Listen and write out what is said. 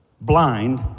blind